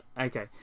Okay